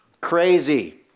Crazy